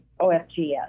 OFGS